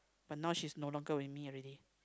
but now she's no longer with me already